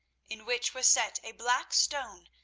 in which was set a black stone,